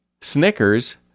Snickers